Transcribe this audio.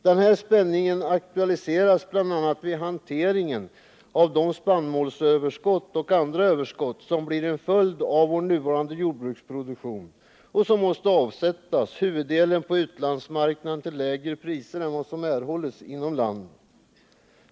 Denna spänning aktualiseras bl.a. vid hanteringen av de spannmålsöverskott och andra överskott som blir en följd av vår nuvarande jordbruksproduktion och som måste avsättas — huvuddelen på utlandsmarknaden till lägre priser än vad som erhålls inom landet.